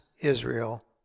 Israel